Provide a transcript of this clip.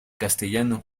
castellano